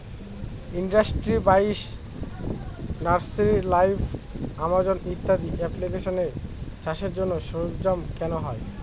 industry বাইশ, nursery live, Amazon ইত্যাদি এপ্লিকেশানে চাষের জন্য সরঞ্জাম কেনা হয়